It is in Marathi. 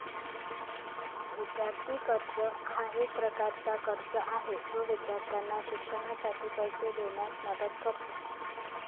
विद्यार्थी कर्ज हा एक प्रकारचा कर्ज आहे जो विद्यार्थ्यांना शिक्षणासाठी पैसे देण्यास मदत करतो